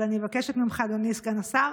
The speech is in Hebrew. אבל אני מבקשת ממך, אדוני סגן השר,